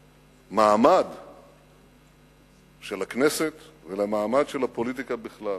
למעמד של הכנסת ולמעמד של הפוליטיקה בכלל.